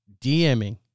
DMing